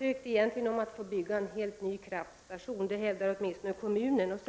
egentligen ansökt om att få bygga en helt ny kraftstation — det är åtminstone vad kommunen hävdar.